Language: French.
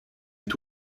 est